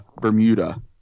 Bermuda